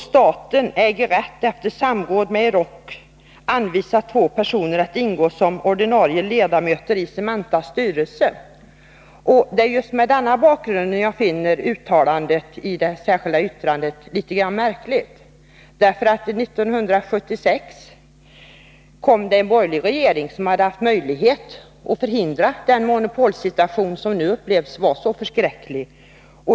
Staten äger rätt att efter samråd med Euroc anvisa två personer att ingå såsom ordinarie ledamöter i Cementas styrelse, ——=-.” Det är mot denna bakgrund jag finner det särskilda yttrandet litet grand märkligt. År 1976 kom det en borgerlig regering, som fick möjlighet att förhindra den monopolsituation som upplevs vara så förskräcklig.